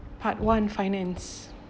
part one finance